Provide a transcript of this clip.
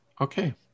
Okay